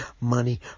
money